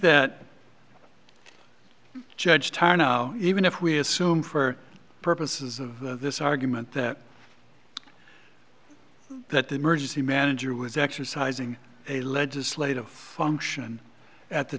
that judge time now even if we assume for purposes of this argument that that the emergency manager was exercising a legislative function at the